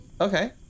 Okay